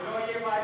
שלא יהיו בעיות.